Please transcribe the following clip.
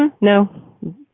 no